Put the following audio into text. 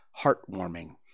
Heartwarming